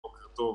בוקר טוב,